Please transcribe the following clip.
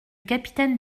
capitaine